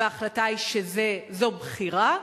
ההחלטה היא שזו בחירה,